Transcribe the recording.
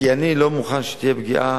כי אני לא מוכן שתהיה פגיעה